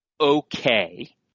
okay